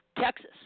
Texas